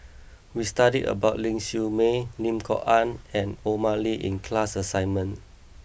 we studied about Ling Siew May Lim Kok Ann and Omar Ali in class assignment